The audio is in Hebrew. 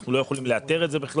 אנחנו לא יכולים לאתר את זה בכלל.